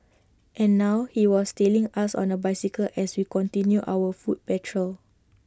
and now he was tailing us on A bicycle as we continued our foot patrol